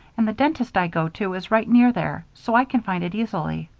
and the dentist i go to is right near there, so i can find it easily.